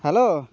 hello